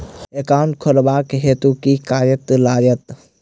Account खोलाबक हेतु केँ कागज लागत?